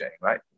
right